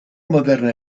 moderna